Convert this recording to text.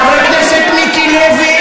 חבר הכנסת מיקי לוי,